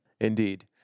Indeed